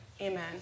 Amen